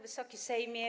Wysoki Sejmie!